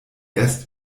erst